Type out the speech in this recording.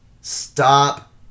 Stop